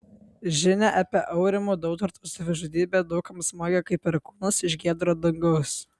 žinia apie aurimo dautarto savižudybę daug kam smogė kaip perkūnas iš giedro dangaus